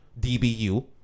DBU